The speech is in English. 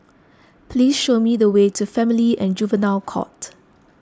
please show me the way to Family and Juvenile Court